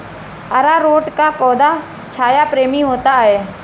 अरारोट का पौधा छाया प्रेमी होता है